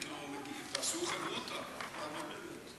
תעשו חברותא, אתה ובנט.